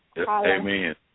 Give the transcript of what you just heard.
Amen